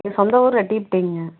என் சொந்த ஊர் ரெட்டியபட்டிங்க